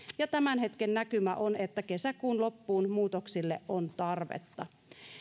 ja tämän hetken näkymä on että kesäkuun loppuun muutoksille on tarvetta